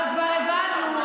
אבל כבר הבנו,